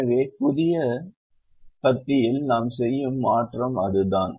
எனவே புதிய பத்தியில் நாம் செய்யும் மாற்றம் அதுதான்